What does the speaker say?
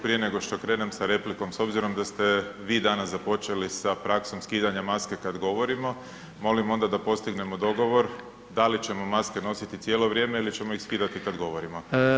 prije nego što krenem sa replikom, s obzirom da ste vi danas započeli sa praksom skidanja maske kad govorimo, molim onda da postignemo dogovor da li ćemo maske nositi cijelo vrijeme ili ćemo ih skidati kad govorimo?